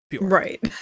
Right